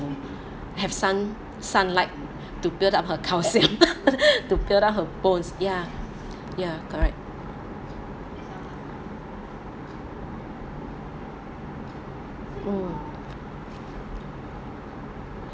have sun sunlight to build up her calcium to build up her bone ya correct mm